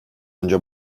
önce